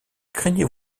craignez